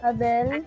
Abel